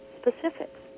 specifics